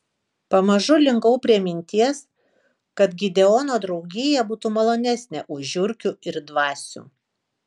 pamažu linkau prie minties kad gideono draugija būtų malonesnė už žiurkių ir dvasių